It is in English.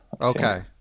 Okay